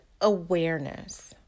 awareness